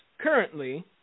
currently